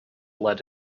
let